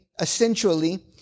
essentially